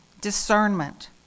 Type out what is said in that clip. Discernment